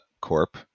corp